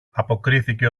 αποκρίθηκε